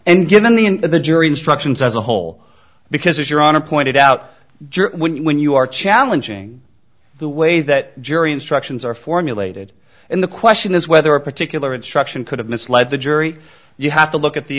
and given the in the jury instructions as a whole because you're on a pointed out jury when you are challenging the way that jury instructions are formulated and the question is whether a particular instruction could have misled the jury you have to look at the